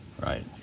Right